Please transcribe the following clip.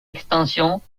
extensions